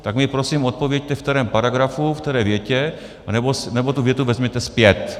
Tak mi prosím odpovězte, ve kterém paragrafu, ve které větě, anebo tu větu vezměte zpět.